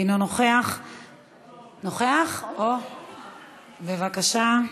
בבקשה.